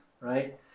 right